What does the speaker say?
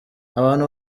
abantu